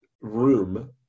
room